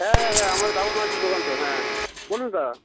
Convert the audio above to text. হ্যাঁ হ্যাঁ হ্যাঁ আমার ডাউন মার্কেটের দোকান তো হ্যাঁ বলুন দা